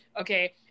Okay